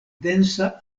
densa